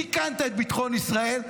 סיכנת את ביטחון ישראל,